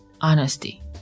Honesty